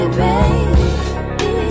baby